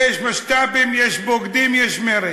יש משת"פים, יש בוגדים, יש מרצ.